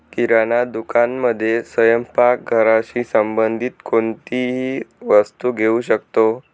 किराणा दुकानामध्ये स्वयंपाक घराशी संबंधित कोणतीही वस्तू घेऊ शकतो